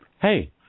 hey